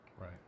Right